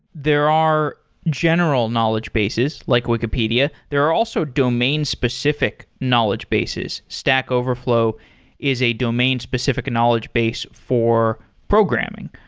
there are general knowledge bases, like wikipedia. there are also domain specific knowledge bases. stack overflow is a domain specific knowledge base for programming.